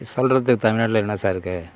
சொல்கிறது தமிழில் என்ன சார் இருக்குது